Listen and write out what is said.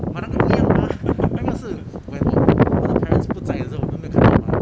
把那个都一样 mah 那个是我也我的 parents 不在时候也美有看到 ah